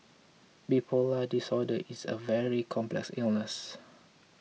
bipolar disorder is a very complex illness